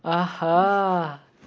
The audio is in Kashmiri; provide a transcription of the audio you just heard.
آہا